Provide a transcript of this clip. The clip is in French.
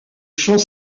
chants